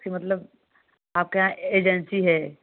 इसके मतलब आपका यहाँ एजेंसी है